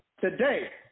today